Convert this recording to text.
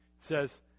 says